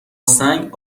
سنگ